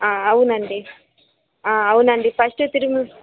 ఆ అవునండి ఆ అవునండి ఫస్టు ఏ తిరుమల